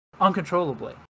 uncontrollably